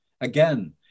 Again